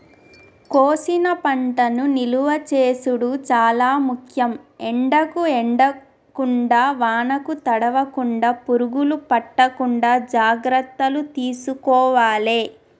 కోసిన పంటను నిలువ చేసుడు చాల ముఖ్యం, ఎండకు ఎండకుండా వానకు తడవకుండ, పురుగులు పట్టకుండా జాగ్రత్తలు తీసుకోవాలె